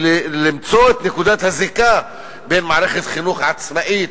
ולמצוא את נקודת הזיקה בין מערכת חינוך עצמאית,